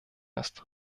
ist